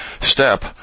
Step